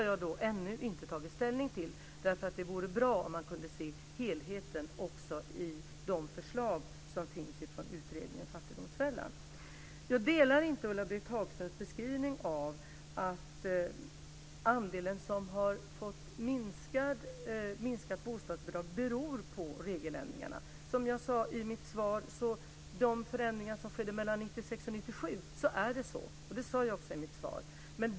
Jag har ännu inte tagit ställning till det, eftersom det vore bra om man också kunde se helheten i förslagen från utredningen om fattigdomsfällan. Jag delar inte Ulla-Britt Hagströms beskrivning att den andel som fått minskat bostadsbidrag beror på regeländringarna. Som jag sade i mitt svar är det så när det gäller de förändringar som gjordes mellan 1996 och 1997.